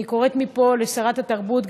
אני קוראת מפה לשרת התרבות,